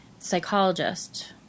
Psychologist